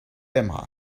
aimera